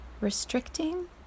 restricting